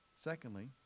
Secondly